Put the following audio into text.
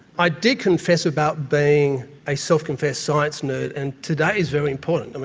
i did confess about being a self-confessed science nerd, and today is very important.